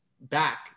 back